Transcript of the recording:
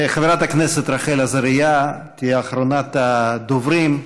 חברת הכנסת רחל עזריה תהיה אחרונת הדוברים,